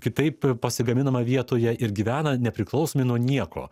kitaip pasigaminama vietoje ir gyvena nepriklausomai nuo nieko